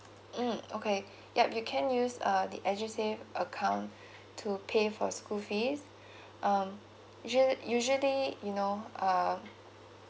mm okay yup you can use uh the edusave account to pay for school fees um usual usually you know um